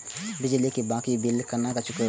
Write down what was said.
बिजली की बाकी बील केना चूकेबे?